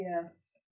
yes